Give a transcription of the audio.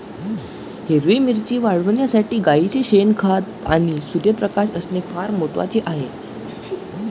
हिरवी मिरची वाढविण्यासाठी गाईचे शेण, खत आणि सूर्यप्रकाश असणे फार महत्वाचे आहे